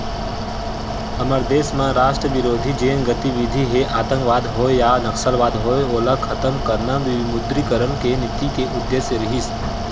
हमर देस म राष्ट्रबिरोधी जेन गतिबिधि हे आंतकवाद होय या नक्सलवाद होय ओला खतम करना विमुद्रीकरन के नीति के उद्देश्य रिहिस